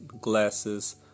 glasses